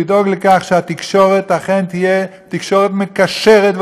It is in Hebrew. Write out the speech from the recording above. לדאוג לכך שהתקשורת אכן תהיה תקשורת מקשרת,